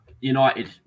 United